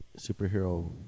superhero